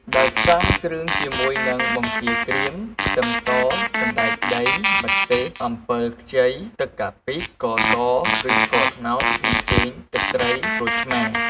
ដោយផ្សំគ្រឿងជាមួយនឹង បង្គាក្រៀម ខ្ទឹមស សណ្ដែកដី ម្ទេស អំពិលខ្ចី ទឹកកាពិ ស្ករស ឬស្ករត្នោត ប៊ីចេង ទឹកត្រី ក្រូចឆ្មា។